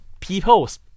People's